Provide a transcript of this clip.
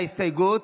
ההסתייגות,